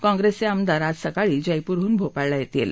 काँग्रेसचे आमदार आज सकाळी जयपूरहून भोपाळला येतील